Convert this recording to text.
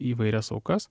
įvairias aukas